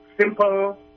simple